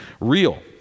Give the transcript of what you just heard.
real